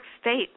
State